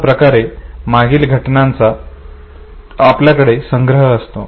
अशा प्रकारे मागील घटनांचा आपल्याकडे संग्रह असतो